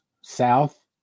south